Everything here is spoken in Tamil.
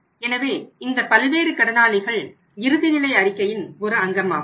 எனவே இந்த பல்வேறு கடனாளிகள் இறுதி நிலை அறிக்கையின் ஒரு அங்கமாகும்